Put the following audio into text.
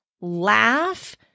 laugh